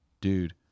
Dude